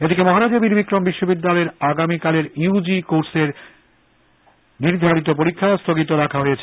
এদিকে মহারাজা বীরবিক্রম বিশ্ববিদ্যালয়ের আগামীকালের ইউ জি কোর্সের নির্ধারিত পরীক্ষা স্থগিত রাখা হয়েছে